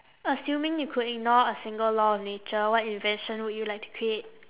assuming you could ignore a single law of nature what invention would you like to create